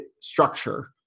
structure